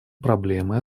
проблемой